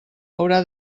haurà